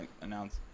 announce